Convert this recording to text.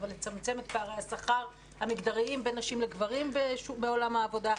אבל לצמצם את פערי השכר המגדריים בין נשים לגברים בעולם העבודה,